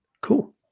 Cool